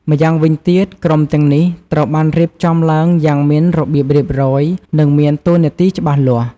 ម្យ៉ាងវិញទៀត ក្រុមទាំងនេះត្រូវបានរៀបចំឡើងយ៉ាងមានរបៀបរៀបរយ និងមានតួនាទីច្បាស់លាស់។